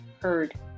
heard